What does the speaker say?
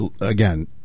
again